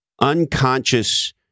unconscious